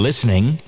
Listening